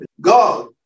God